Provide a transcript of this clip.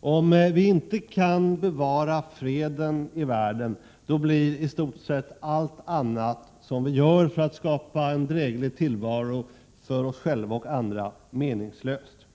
Om vi inte kan bevara freden i världen blir i stort sett allt annat som vi gör för att skapa en dräglig tillvaro för oss själva och andra meningslöst.